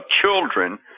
children